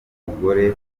nk’umugore